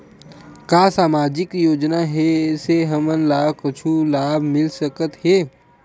का सामाजिक योजना से हमन ला कुछु लाभ मिल सकत हे?